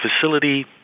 facility